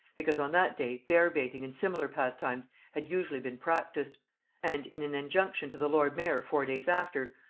because on that day bear-baiting and similar pastimes had usually been practised and in an injunction to the lord mayor four days after,